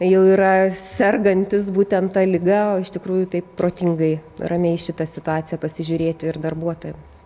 jau yra sergantis būtent ta liga o iš tikrųjų taip protingai ramiai į šitą situaciją pasižiūrėti ir darbuotojams